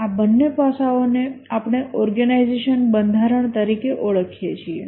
આ બંને પાસાઓને આપણે ઓર્ગેનાઈઝેશન બંધારણ તરીકે ઓળખીએ છીએ